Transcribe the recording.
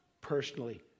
personally